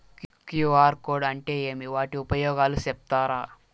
QR code అంటే ఏమి వాటి ఉపయోగాలు సెప్తారా?